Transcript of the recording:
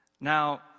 Now